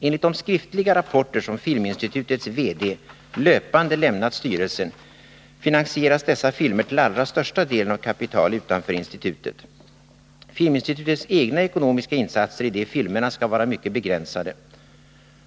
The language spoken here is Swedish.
Enligt de skriftliga rapporter som Filminstitutets VD löpande lämnat styrelsen finansieras dessa filmer till allra största delen av kapital utanför institutet. Filminstitutets egna ekonomiska insatser i de filmerna skall vara mycket begränsade.